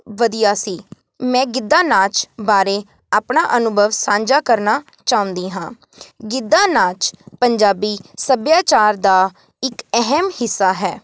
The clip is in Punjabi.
ਵਧੀਆ ਸੀ ਮੈਂ ਗਿੱਧਾ ਨਾਚ ਬਾਰੇ ਆਪਣਾ ਅਨੁਭਵ ਸਾਂਝਾ ਕਰਨਾ ਚਾਹੁੰਦੀ ਹਾਂ ਗਿੱਧਾ ਨਾਚ ਪੰਜਾਬੀ ਸੱਭਿਆਚਾਰ ਦਾ ਇੱਕ ਅਹਿਮ ਹਿੱਸਾ ਹੈ